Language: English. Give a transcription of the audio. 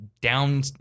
down